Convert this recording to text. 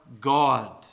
God